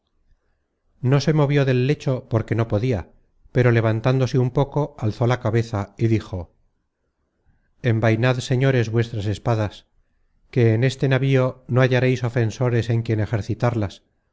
no se movió del lecho porque no podia pero levantándose un poco alzó la cabeza y dijo envainad señores vuestras espadas que en este navío no hallareis ofensores en quien ejercitarlas